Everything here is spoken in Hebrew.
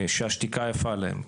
שהשתיקה יפה להם.